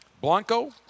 Blanco